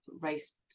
race